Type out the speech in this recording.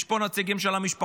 יש פה נציגים של המשפחות,